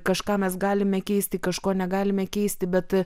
kažką mes galime keisti kažko negalime keisti bet